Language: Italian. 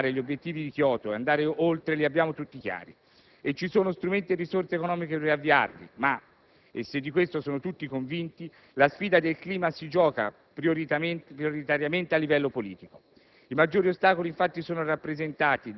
Gli interventi necessari per centrare gli obiettivi di Kyoto e andare oltre li abbiamo tutti chiari e ci sono strumenti e risorse economiche per avviarli, ma - e di questo sono tutti convinti - la sfida sul clima si gioca prioritariamente a livello politico.